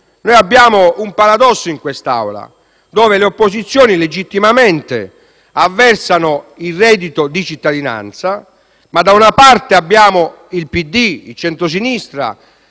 noi abbiamo un paradosso in questa Aula, dove le opposizioni legittimamente avversano il reddito di cittadinanza. Da una parte abbiamo il PD e il centrosinistra,